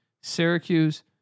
Syracuse